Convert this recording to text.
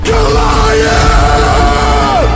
Goliath